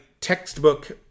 textbook